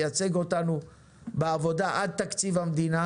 תייצג אותנו בעבודה עד תקציב המדינה